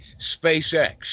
SpaceX